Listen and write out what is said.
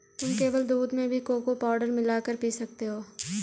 तुम केवल दूध में भी कोको पाउडर मिला कर पी सकते हो